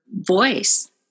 voice